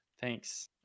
Thanks